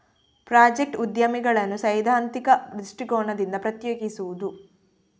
project ಉದ್ಯಮಿಗಳನ್ನು ಸೈದ್ಧಾಂತಿಕ ದೃಷ್ಟಿಕೋನದಿಂದ ಪ್ರತ್ಯೇಕಿಸುವುದು